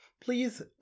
Please